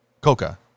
Coca